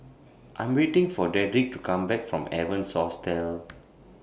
I Am waiting For Dedrick to Come Back from Evans Hostel